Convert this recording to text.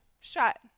shut